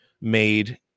made